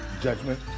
judgment